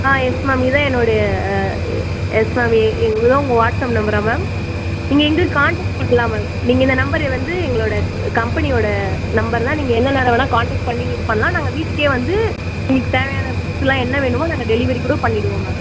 ஆ yes ma'am இதுதான் என்னோடைய yes ma'am எ இதுதான் உங்கள் வாட்ஸ்அப் நம்பரா மேம் நீங்கள் எங்க கான்டெக்ட் பண்ணலாம் மேம் நீங்கள் இந்த நம்பரு வந்து எங்களோடய கம்பெனியோட நம்பர்தான் நீங்கள் எந்த நேரம் வேணால் கான்டெக்ட் பண்ணி நீங்கள் இது பண்ணலாம் நாங்கள் வீட்டுக்கே வந்து உங்களுக்கு தேவையான புக்ஸெலாம் என்ன வேணுமோ நாங்கள் டெலிவரி கூட பண்ணிவிடுவோம் மேம்